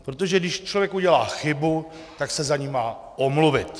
Protože když člověk udělá chybu, tak se za ni má omluvit.